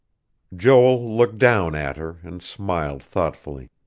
joel looked down at her, and smiled thoughtfully.